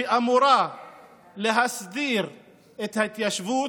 שאמורה להסדיר את ההתיישבות,